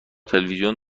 تلویزیون